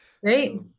Great